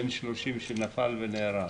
בן 30 שנפל ונהרג.